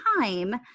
time